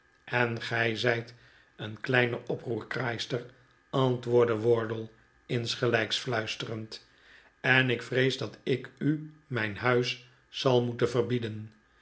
en gij zijt een kleine oproerkraaister antwoordde wardle insgelijks fluisterend en ik vrees dat ik u mijn huis zal moeten verbieden